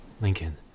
Lincoln